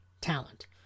talent